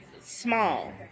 small